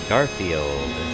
Garfield